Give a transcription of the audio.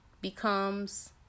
becomes